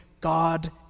God